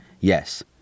Yes